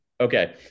Okay